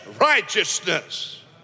righteousness